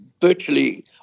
virtually